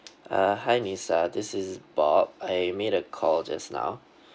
uh hi lisa this is bob I made a call just now